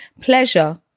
Pleasure